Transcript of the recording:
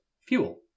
fuel